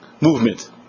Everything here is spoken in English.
movement